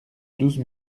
douze